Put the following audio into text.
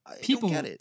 people